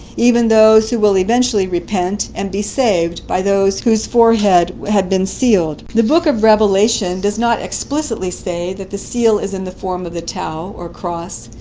even those who will eventually repent and be saved by those whose forehead had been sealed. the book of revelation does not explicitly say that the seal is in the form of the tau, or cross.